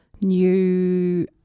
New